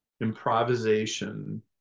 improvisation